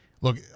look